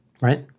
right